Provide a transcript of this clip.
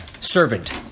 servant